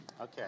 Okay